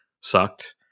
sucked